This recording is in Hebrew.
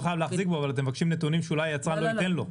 אבל אתם מבקשים נתונים שאולי היצרן לא ייתן לו.